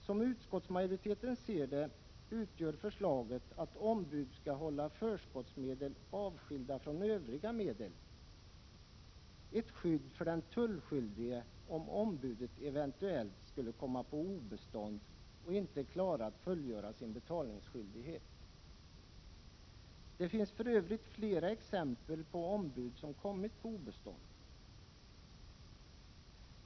Som utskottsmajoriteten ser det, utgör förslaget att ombuden skall hålla förskottsmedel avskilda från övriga medel ett skydd för den tullskyldige om ombudet eventuellt skulle komma på obestånd och inte klarar att fullgöra sin betalningsskyldighet. Det finns för övrigt flera exempel på ombud som kommit på obestånd.